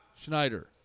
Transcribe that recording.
Schneider